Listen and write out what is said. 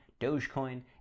Dogecoin